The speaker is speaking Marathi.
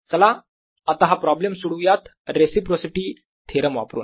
चला आता हा प्रॉब्लेम सोडवूयात रिसिप्रोसिटी थेरम वापरून